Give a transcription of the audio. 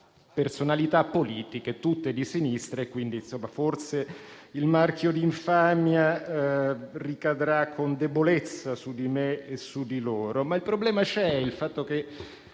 personalità politiche tutte di sinistra e, quindi, forse il marchio di infamia ricadrà con debolezza su di me e su di loro. Il problema c'è e credo che